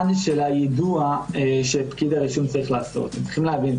של היידוע שפקיד הרישום צריך לעשות אתם צריכים להבין,